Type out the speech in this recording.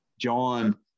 John